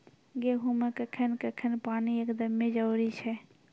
गेहूँ मे कखेन कखेन पानी एकदमें जरुरी छैय?